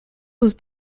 was